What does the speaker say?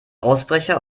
ausbrecher